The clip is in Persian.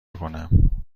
کنم